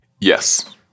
Yes